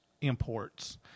imports